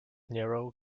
narrow